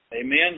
Amen